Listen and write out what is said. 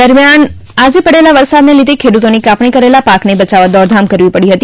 દરમ્યાન આજે પડેલા વરસાદના લીધે ખેડૂતોને કાપણી કરેલા પાકને બચાવવા દોડધામ કરવી પડી હતી